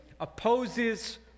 opposes